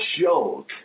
joke